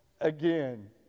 again